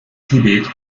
tibet